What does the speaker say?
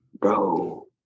bro